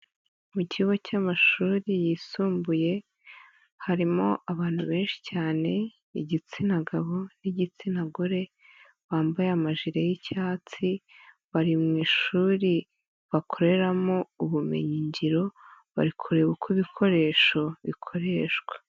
Mu kigo cy'amashuri yisumbuye harimo abantu benshi cyane, igitsina gabo n'igitsina gore bambaye amajiri y'icyatsi, bari mu ishuri bakoreramo ubumenyingiro, bari kureba uko ibikoresho bikoreshwa.